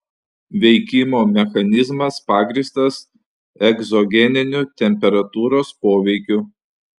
veikimo mechanizmas pagrįstas egzogeniniu temperatūros poveikiu